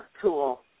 tool